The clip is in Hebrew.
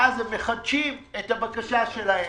ואז הם מחדשים את הבקשה שלהם.